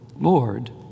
Lord